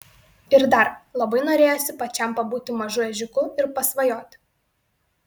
ir dar labai norėjosi pačiam pabūti mažu ežiuku ir pasvajoti